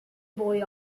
boy